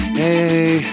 hey